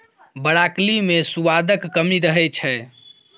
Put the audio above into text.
broccoli मे सुआदक कमी रहै छै